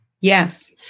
Yes